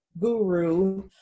guru